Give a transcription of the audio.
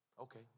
Okay